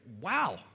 wow